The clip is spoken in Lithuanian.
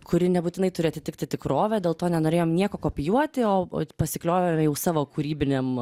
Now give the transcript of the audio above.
kuri nebūtinai turi atitikti tikrovę dėl to nenorėjom nieko kopijuoti o pasiklioviau savo kūrybinėm